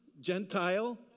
Gentile